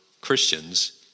Christians